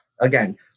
again